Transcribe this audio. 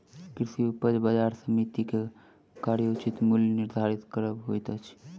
कृषि उपज बजार समिति के कार्य उचित मूल्य निर्धारित करब होइत अछि